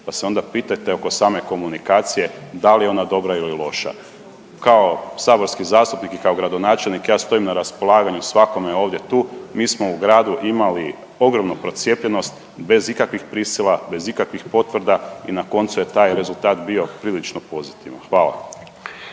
pa se onda pitajte oko same komunikacije da li je ona dobra ili loša. Kao saborski zastupnik i kao gradonačelnik ja stojim na raspolaganju svakome ovdje tu, mi smo u gradu imali ogromnu procijepljenost bez kakvih prisila, bez ikakvih potvrda i na koncu je taj rezultat bio prilično pozitivan. Hvala.